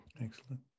Excellent